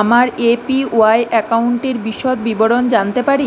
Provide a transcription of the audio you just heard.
আমার A P Y অ্যাকাউন্টের বিশদ বিবরণ জানতে পারি